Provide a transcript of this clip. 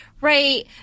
right